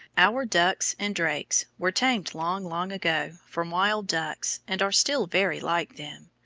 our ducks and drakes were tamed long, long ago from wild ducks, and are still very like them.